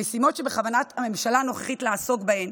המשימות שבכוונת הממשלה הנוכחית לעסוק בהן